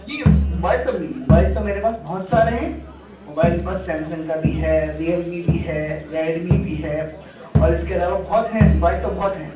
جی mobile تو mobile تو میرے پاس بہت سارے ہیں موبائل میرے پاس سیمسنگ کا بھی ہے ریئل می بھی ہے ریڈ می بھی ہے اور اس کے علاوہ بہت ہیں موبائل تو بہت ہیں